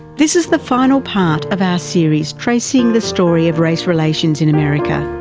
this is the final part of our series tracing the story of race relations in america.